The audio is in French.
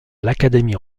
l’académie